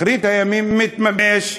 אחרית הימים מתממש: